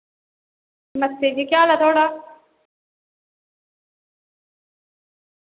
नमस्ते जी केह् हाल ऐ थुआढ़ा